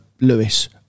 Lewis